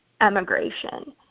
emigration